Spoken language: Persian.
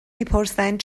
میپرسند